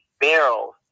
barrels